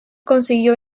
consiguió